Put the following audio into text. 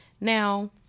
Now